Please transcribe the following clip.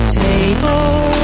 table